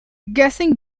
guessing